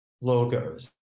logos